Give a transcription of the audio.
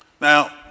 Now